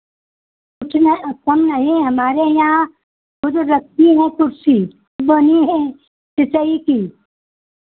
इतना कम नहीं है हमारे यहाँ कुछ रखी हैं कुर्सी बनी हैं की